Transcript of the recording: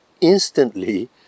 instantly